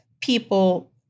people